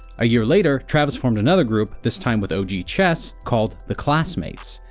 a year later, travis formed another group this time with og chess called the classmates,